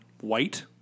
white